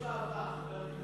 למה בעבר, חבר הכנסת פרוש?